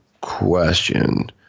question